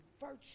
virtue